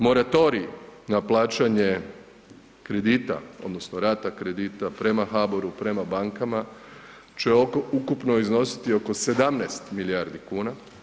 Moratorij na plaćanje kredita odnosno rata kredita prema HABOR-u, prema bankama će ukupno iznositi oko 17 milijardi kuna.